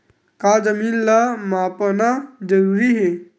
का जमीन ला मापना जरूरी हे?